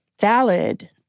valid